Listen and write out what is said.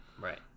right